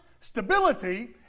Stability